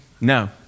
No